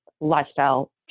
lifestyle